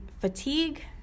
fatigue